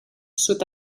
sud